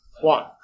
One